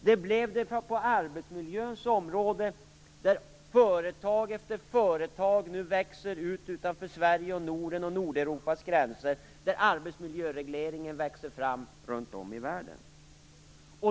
Det blev det på arbetsmiljöns område, där företag efter företag växer utanför Sveriges, Nordens och Nordeuropas gränser och där arbetsmiljöregleringar växer fram runt om i världen.